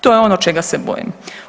To je ono čega se bojim.